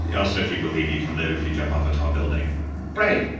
yeah also, if you believe you can live if you jump off a tall building right.